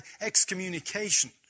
excommunication